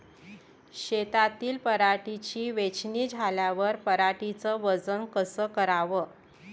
शेतातील पराटीची वेचनी झाल्यावर पराटीचं वजन कस कराव?